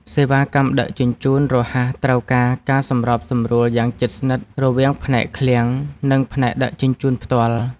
សេវាកម្មដឹកជញ្ជូនរហ័សត្រូវការការសម្របសម្រួលយ៉ាងជិតស្និទ្ធរវាងផ្នែកឃ្លាំង និងផ្នែកដឹកជញ្ជូនផ្ទាល់។